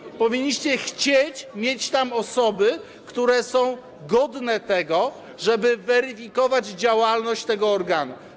I powinniście chcieć mieć tam osoby, które są godne tego, żeby weryfikować działalność tego organu.